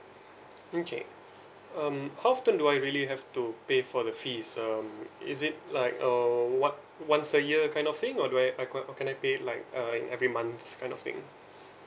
okay um how often do I really have to pay for the fees um is it like err what once a year kind of thing or do I I could can I pay like uh every month kind of thing